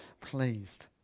pleased